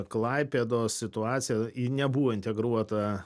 klaipėdos situacija ji nebuvo integruota